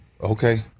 Okay